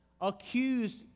accused